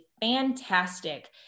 fantastic